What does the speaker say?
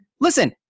listen